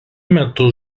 metu